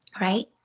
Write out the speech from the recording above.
Right